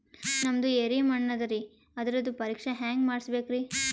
ನಮ್ದು ಎರಿ ಮಣ್ಣದರಿ, ಅದರದು ಪರೀಕ್ಷಾ ಹ್ಯಾಂಗ್ ಮಾಡಿಸ್ಬೇಕ್ರಿ?